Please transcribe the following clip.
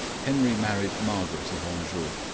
henry married margaret of anjou,